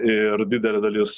ir didelė dalis